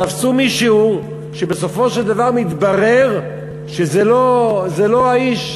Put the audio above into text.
תפסו מישהו ובסופו של דבר מתברר שזה לא האיש,